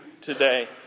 today